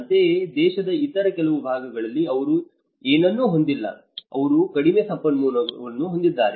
ಅಂತೆಯೇ ದೇಶದ ಇತರ ಕೆಲವು ಭಾಗಗಳಲ್ಲಿ ಅವರು ಏನನ್ನೂ ಹೊಂದಿಲ್ಲ ಅವರು ಕಡಿಮೆ ಸಂಪನ್ಮೂಲಗಳನ್ನು ಹೊಂದಿದ್ದಾರೆ